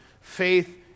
faith